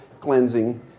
cleansing